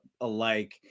alike